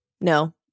no